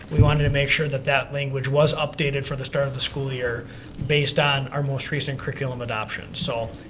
we wanted to make sure that that language was updated for the start of the school year based on our most recent curriculum adoption. so,